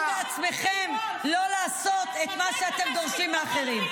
ואתם בעצמכם, לא לעשות את מה שאתם דורשים מאחרים.